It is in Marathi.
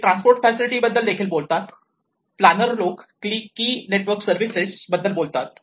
ते ट्रान्सपोर्ट फॅसिलिटी बद्दल देखील बोलतात प्लानर लोक की नेटवर्क सर्विसेस बद्दल बोलतात